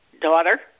daughter